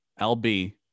LB